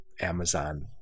Amazon